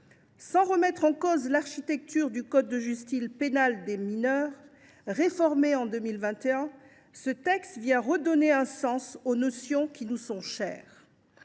Sans remettre en cause l’architecture du code de justice pénale des mineurs, réformé en 2021, ce texte redonne un sens aux notions de famille,